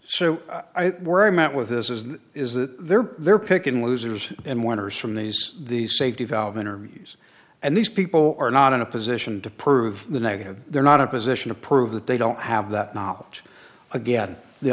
we're met with this is is that they're they're picking losers and winners from these these safety valve interviews and these people are not in a position to prove the negative they're not a position to prove that they don't have that knowledge again the